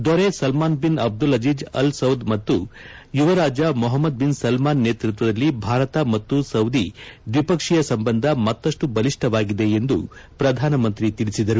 ದೊರೆ Salman bin Abdulaziz Al Saud ಮತ್ತು ಯುವರಾಜ ಮೊಪಮ್ಮದ್ ಬಿನ್ ಸಲ್ಮಾನ್ ನೇತೃತ್ವದಲ್ಲಿ ಭಾರತ ಮತ್ತು ಸೌದಿ ದ್ವಿಪಕ್ಷೀಯ ಸಂಬಂಧ ಮತ್ತಪ್ಪು ಬಲಿಷ್ಠವಾಗಲಿದೆ ಎಂದು ಪ್ರಧಾನಮಂತ್ರಿ ತಿಳಿಸಿದರು